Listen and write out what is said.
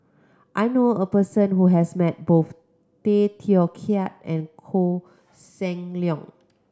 I know a person who has met both Tay Teow Kiat and Koh Seng Leong